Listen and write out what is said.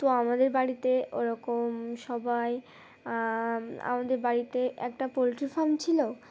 তো আমাদের বাড়িতে ওরকম সবাই আমাদের বাড়িতে একটা পোলট্রি ফার্ম ছিলো